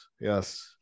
yes